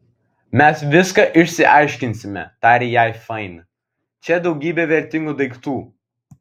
mes viską išsiaiškinsime tarė jai fain čia daugybė vertingų daiktų